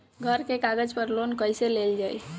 घर के कागज पर लोन कईसे लेल जाई?